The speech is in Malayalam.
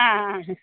ആ